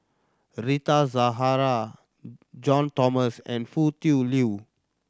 Rita Zahara John and Foo Tui Liew